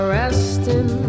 resting